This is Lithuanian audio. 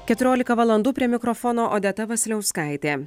keturiolika valandų prie mikrofono odeta vasiliauskaitė